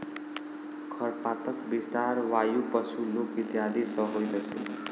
खरपातक विस्तार वायु, पशु, लोक इत्यादि सॅ होइत अछि